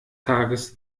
tages